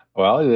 well, yeah